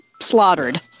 slaughtered